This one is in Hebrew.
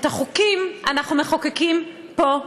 את החוקים אנחנו מחוקקים פה,